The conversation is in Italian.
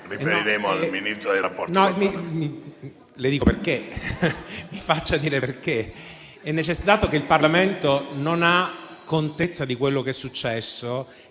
Riferiremo al Ministro per i rapporti